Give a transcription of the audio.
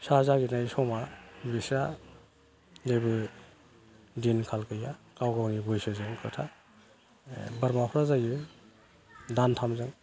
फिसा जागिनाय समाव बिस्रा जेबो दिनखाल गैया गाव गावनि बैसोजों खोथा बोरमाफोरा जायो दानथामजों